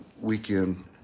weekend